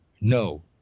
no